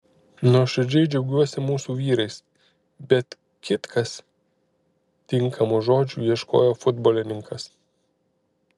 nuoširdžiai džiaugiuosi mūsų vyrais bet kitkas tinkamų žodžių ieškojo futbolininkas